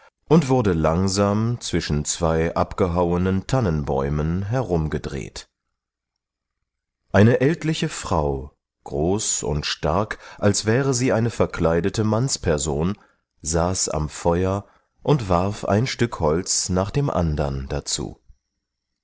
und wurde langsam zwischen zwei abgehauenen tannenbäumen herumgedreht eine ältliche frau groß und stark als wäre sie eine verkleidete mannsperson saß am feuer und warf ein stück holz nach dem andern dazu